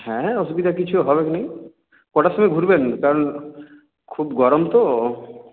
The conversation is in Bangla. হ্যাঁ অসুবিধা কিছু হবে না কটার সময় ঘুরবেন কারণ খুব গরম তো